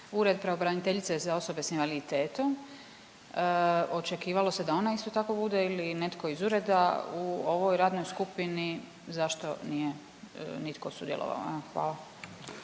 Ured pravobraniteljice za osobe s invaliditetom. Očekivalo se da ona isto tako bude ili netko iz ureda u ovoj radnoj skupini. Zašto nije nitko sudjelovao? Hvala.